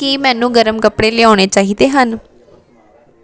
ਕੀ ਮੈਨੂੰ ਗਰਮ ਕੱਪੜੇ ਲਿਆਉਣੇ ਚਾਹੀਦੇ ਹਨ